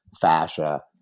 fascia